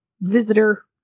visitor